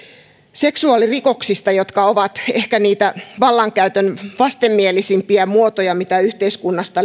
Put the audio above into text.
seksuaalirikoksista jotka ovat ehkä niitä vallankäytön vastenmielisimpiä muotoja mitä yhteiskunnasta